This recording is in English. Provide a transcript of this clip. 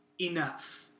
enough